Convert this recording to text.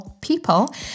people